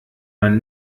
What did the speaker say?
man